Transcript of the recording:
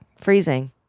Freezing